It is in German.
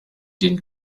den